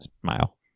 smile